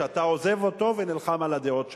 שאתה עוזב אותו ונלחם על הדעות שלך,